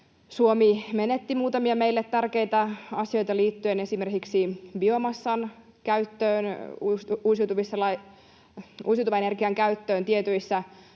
Suomi menetti muutamia meille tärkeitä asioita liittyen esimerkiksi biomassan käyttöön, uusiutuvan energian käyttöön tietyissä laitoksissa,